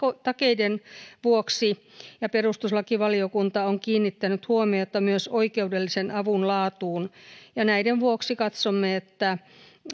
takeiden vuoksi ja perustuslakivaliokunta on kiinnittänyt huomiota myös oikeudellisen avun laatuun näiden vuoksi katsomme että